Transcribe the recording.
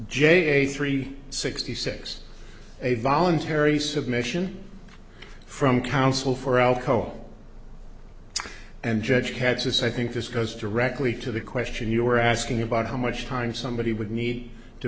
c three sixty six a voluntary submission from counsel for alcoa and judge head says i think this goes directly to the question you were asking about how much time somebody would need to